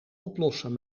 oplossen